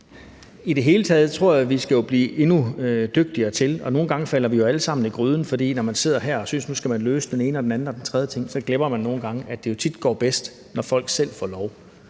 I det hele taget tror jeg, at der er noget, vi skal blive endnu dygtigere til. Vi falder jo alle sammen nogle gange i gryden, for når man sidder her og synes, at nu skal man løse den ene, den anden og den tredje ting, så glemmer man nogle gange, at det tit går bedst, når folk selv får lov,